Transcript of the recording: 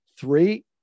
Three